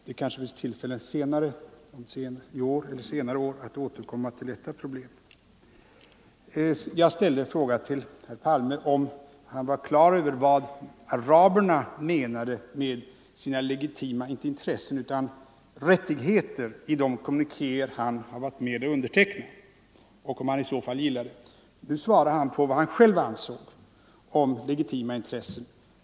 Det kanske blir tillfälle längre fram i år, eller senare, att återkomma till det problemet. Jag frågade herr Palme om han var klar över vad araberna menade med sina legitima inte intressen utan rättigheter i de kommunikéer han har varit med om att underteckna och om han i så fall gillade det. Han svarade med vad han själv ansåg om legitima intressen.